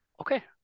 okay